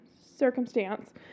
circumstance